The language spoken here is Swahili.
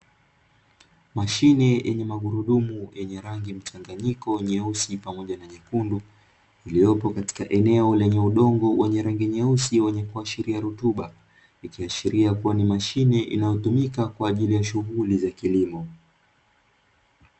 Mashine yenye magurudumu yenye rangi mchanganyiko, nyeusi pamoja na nyekundu, iliyopo katika eneo lenye udongo wenye rangi nyeusi wenye kuashiria rutuba, ikiashiria kuwa ni mashine inayotumika kwa ajili ya shughuli za kilimo.